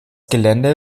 gelände